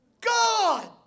God